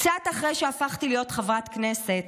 קצת אחרי שהפכתי להיות חברת כנסת,